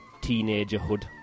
teenagerhood